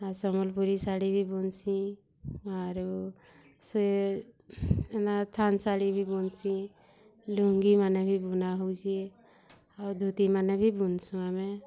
ଆଉ ସମ୍ୱଲପୁରୀ ଶାଢ଼ୀ ବି ବୁନ୍ସିଁ ଆରୁ ସେ ଏ ନା ଥାନ୍ ଶାଢ଼ୀ ବି ବୁନ୍ସିଁ ଲୁଙ୍ଗିମାନେ ବି ବୁନା ହେଉଛି ଆଉ ଧୋତିମାନେ ବି ବୁନ୍ସୁଁ ଆମେ